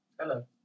Hello